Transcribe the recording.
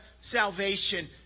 salvation